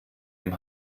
den